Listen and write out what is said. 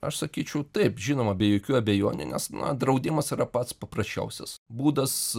aš sakyčiau taip žinoma be jokių abejonių nes na draudimas yra pats paprasčiausias būdas